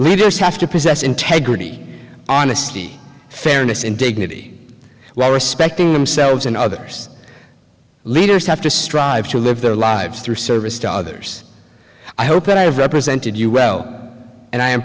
leaders have to possess integrity honesty fairness and dignity while respecting themselves and others leaders have to strive to live their lives through service to others i hope that i have represented you well and i